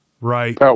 right